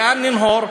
לאן לנהור?